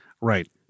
Right